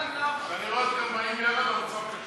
המשותפת, קבוצת סיעת המחנה הציוני וקבוצת